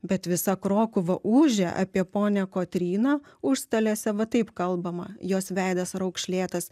bet visa krokuva ūžia apie ponią kotryną užstalėse va taip kalbama jos veidas raukšlėtas